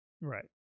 right